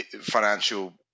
financial